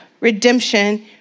redemption